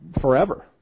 forever